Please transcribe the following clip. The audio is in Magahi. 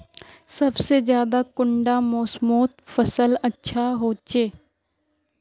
सबसे ज्यादा कुंडा मोसमोत फसल अच्छा होचे?